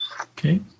Okay